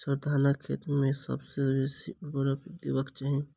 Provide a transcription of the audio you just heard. sir, धानक खेत मे सबसँ बेसी केँ ऊर्वरक देबाक चाहि